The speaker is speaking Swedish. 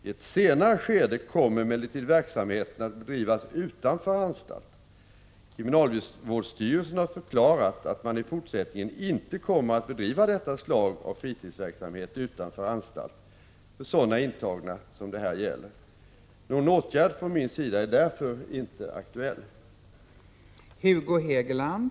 I ett senare skede kom emellertid verksamheten att bedrivas utanför anstalt. Kriminalvårdsstyrelsen har förklarat att man i fortsättningen inte Prot. 1985/86:142 kommer att bedriva detta slag av fritidsverksamhet utanför anstalt för sådana 15 maj 1986 intagna som det här gäller. Någon åtgärd från min sida är därför inte aktuell. Omågärle menyn